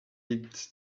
meets